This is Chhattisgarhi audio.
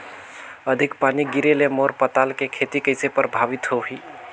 अधिक पानी गिरे ले मोर पताल के खेती कइसे प्रभावित होही?